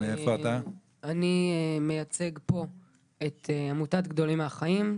אני מייצג פה את עמותת "גדולים מהחיים".